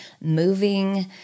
moving